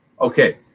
Okay